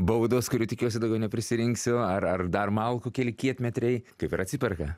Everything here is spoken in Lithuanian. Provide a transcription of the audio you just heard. baudos kurių tikiuosi daugiau neprisirengsiu ar ar dar malkų keli kietmetriai kaip ir atsiperka